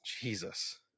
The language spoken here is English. Jesus